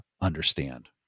understand